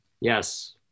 Yes